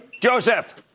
Joseph